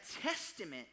testament